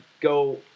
go